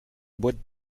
boîte